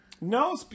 No